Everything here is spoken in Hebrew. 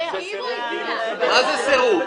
מה זה סירוב?